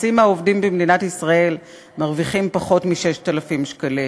חצי מהעובדים במדינת ישראל מרוויחים פחות מ-6,000 שקלים.